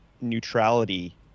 neutrality